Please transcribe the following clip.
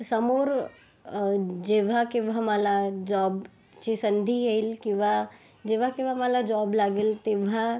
समोर जेव्हा केव्हा मला जॉबची संधी येईल किंवा जेव्हा केव्हा मला जॉब लागेल तेव्हा